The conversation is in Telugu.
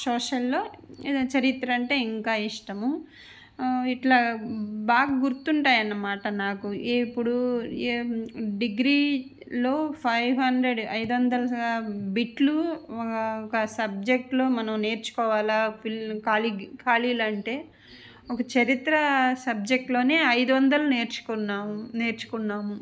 సోషల్లో ఇది చరిత్ర అంటే ఇంకా ఇష్టము ఇట్లా బాగా గుర్తుంటాయి అన్నమాట నాకు ఇప్పుడూ డిగ్రీలో ఫైవ్ హండ్రెడ్ ఐదు వందల సా బిట్లు ఒకా ఒక సబ్జెక్ట్లో మనం నేర్చుకోవాలా ఫిల్ ఖాళీగా ఖాళీలు అంటే ఒక చరిత్రా సబ్జెక్ట్లోనే ఐదు వందలు నేర్చుకున్నాము నేర్చుకున్నాము